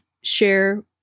share